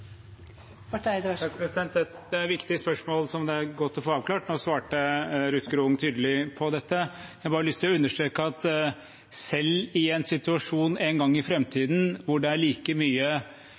godt å få avklart. Nå svarte Ruth Grung tydelig på dette. Jeg har bare lyst til å understreke at selv i en situasjon en gang i framtiden hvor det er like mye